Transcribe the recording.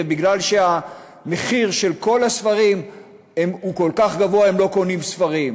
ומכיוון שהמחירים של כל הספרים כל כך גבוהים הם לא קונים ספרים.